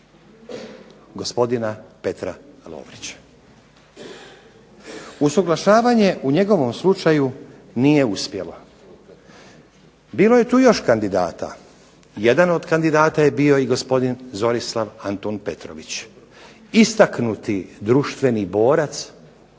gospodina Petra Lovrića. Usuglašavanje u njegovom slučaju nije uspjelo. Bilo je tu još kandidata. Jedan od kandidata je bio i gospodin Zorislav Antun Petrović. Istaknuti društveni borac